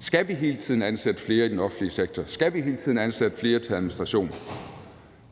Skal vi hele tiden ansætte flere i den offentlige sektor? Skal vi hele tiden ansætte flere til administration?